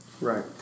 Right